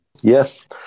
Yes